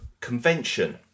convention